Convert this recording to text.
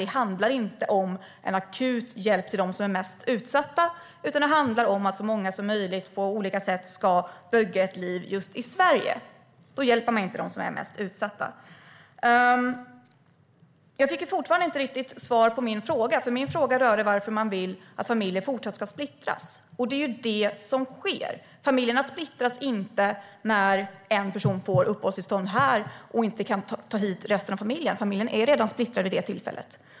Det handlar inte om akut hjälp till dem som är mest utsatta utan om att så många som möjligt på olika sätt ska bygga ett liv just i Sverige. Då hjälper man inte dem som är mest utsatta. Jag fick fortfarande inte riktigt svar på min fråga, som rörde varför man vill att familjer fortsatt ska splittras. Det är det som sker. Familjerna splittras inte när en person får uppehållstillstånd här och inte kan ta hit resten av familjen. Familjen är redan splittrad vid det tillfället.